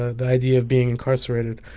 ah the idea of being incarcerated.